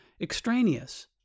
extraneous